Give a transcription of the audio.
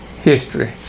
history